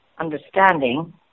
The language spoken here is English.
understanding